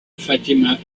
fatima